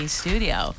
studio